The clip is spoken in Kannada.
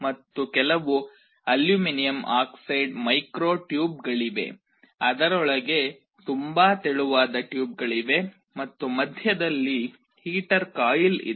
ಮತ್ತು ಕೆಲವು ಅಲ್ಯೂಮಿನಿಯಂ ಆಕ್ಸೈಡ್ ಮೈಕ್ರೋ ಟ್ಯೂಬ್ಗಳಿವೆ ಅದರೊಳಗೆ ತುಂಬಾ ತೆಳುವಾದ ಟ್ಯೂಬ್ಗಳಿವೆ ಮತ್ತು ಮಧ್ಯದಲ್ಲಿ ಹೀಟರ್ ಕಾಯಿಲ್ ಇದೆ